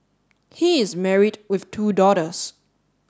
he is married with two daughters